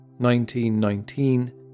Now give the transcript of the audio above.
1919